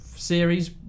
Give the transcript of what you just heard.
series